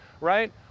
right